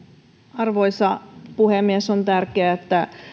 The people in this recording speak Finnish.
arvoisa puhemies on tärkeää että